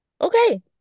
Okay